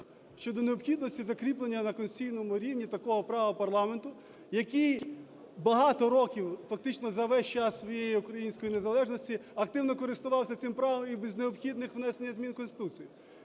щодо необхідності закріплення на конституційному рівні такого права парламенту, який багато років, фактично, за весь час своєї української незалежності активно користувався цим правом і без необхідних внесень змін в Конституцію.